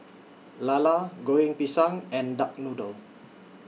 Lala Goreng Pisang and Duck Noodle